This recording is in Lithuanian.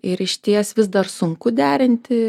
ir išties vis dar sunku derinti